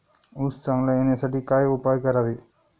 ऊस चांगला येण्यासाठी काय उपाय करावे?